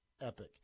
Epic